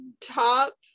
top